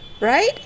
Right